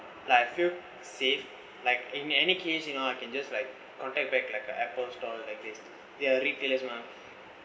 like I feel safe like in any case you know I can just like contact back like a apple store like they they are retailers mah